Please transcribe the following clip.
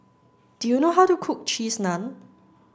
do you know how to cook cheese naan